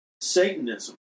Satanism